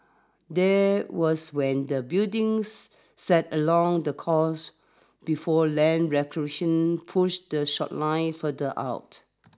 that was when the buildings sat along the coast before land reclamation push the short line further out